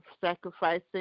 sacrificing